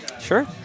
Sure